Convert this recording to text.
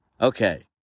Okay